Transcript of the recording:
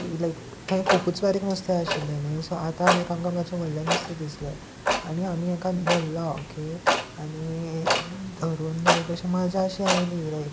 लायक थंय खुबूच बारीक नुस्तें आशिल्लें न्ही सो आतां लायक आमकां मात्शें व्हडलें नुस्तें दिसलें आनी आमी हेका धरलो ओके आनी धरून लायक अशी मजा शी आयली लायक